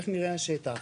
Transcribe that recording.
איך נראה השטח.